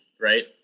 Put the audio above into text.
right